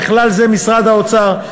בכלל זה משרד האוצר,